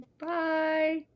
Bye